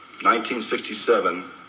1967